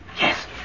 Yes